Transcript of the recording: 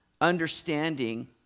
understanding